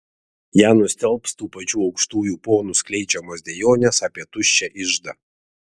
ją nustelbs tų pačių aukštųjų ponų skleidžiamos dejonės apie tuščią iždą